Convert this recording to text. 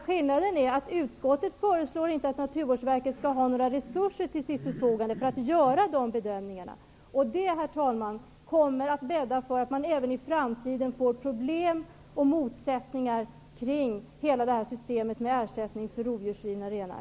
Skillnaden är att utskottet inte föreslår att Naturvårdsverket skall få några resurser till sitt förfogande för att göra dessa bedömningar. Det kommer att bädda för att man även i framtiden får problem och motsättningar kring hela systemet med ersättning för rovdjursrivna renar.